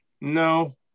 no